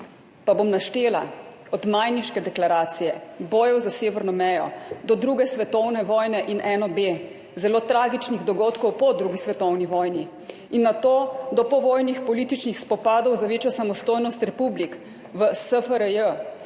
Pa bom naštela. Od Majniške deklaracije, bojev za severno mejo do druge svetovne vojne in NOB, zelo tragičnih dogodkov po drugi svetovni vojni in nato do povojnih političnih spopadov za večjo samostojnost republik v SFRJ,